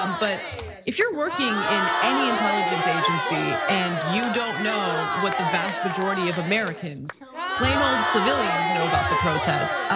um but if you're working in any intelligence agency, and you don't know what the vast majority of americans plain old civilians know about the protest.